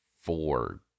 four